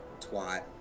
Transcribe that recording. twat